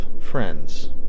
friends